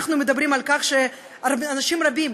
אנשים רבים,